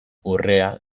urrea